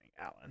Alan